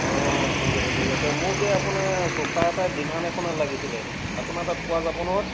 অঁ ঠিক আছে ঠিক আছে মোক এই আপোনাৰ ছোফা এটাই ডিভান এখনে লাগিছিলে আপোনাৰ তাত পোৱা যাব নহয়